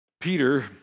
Peter